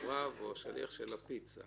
שרברב או שליח של הפיצה.